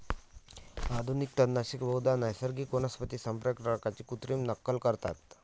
आधुनिक तणनाशके बहुधा नैसर्गिक वनस्पती संप्रेरकांची कृत्रिम नक्कल करतात